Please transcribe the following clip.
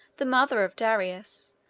the mother of darius,